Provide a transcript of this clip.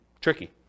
tricky